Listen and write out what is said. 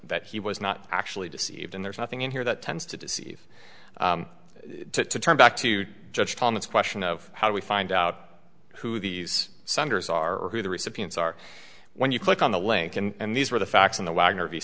that he was not actually deceived and there's nothing in here that tends to deceive to turn back to judge thomas question of how do we find out who these senators are who the recipients are when you click on the link and these are the facts in the wagner v